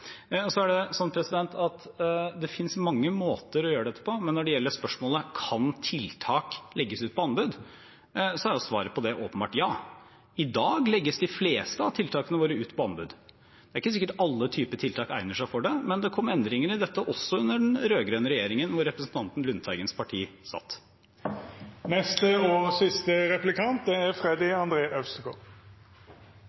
Det finnes mange måter å gjøre dette på, men når det gjelder spørsmålet om tiltak kan legges ut på anbud, er svaret på det åpenbart ja. I dag legges de fleste av tiltakene våre ut på anbud. Det er ikke sikkert alle typer tiltak egner seg for det, men det kom endringer i dette også under den rød-grønne regjeringen, hvor representanten Lundteigens parti satt. Det er klart det er